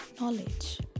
knowledge